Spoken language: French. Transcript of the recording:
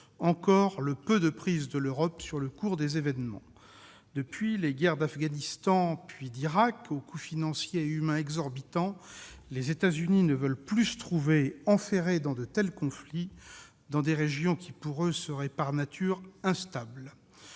encore le peu de prise de l'Europe sur le cours des événements. Depuis les guerres d'Afghanistan puis d'Irak, au coût financier et humain exorbitant, les États-Unis ne veulent plus se trouver enferrés dans de tels conflits, dans des régions qui, selon eux, seraient « par nature » instables.